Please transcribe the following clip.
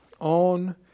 On